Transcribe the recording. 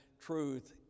truth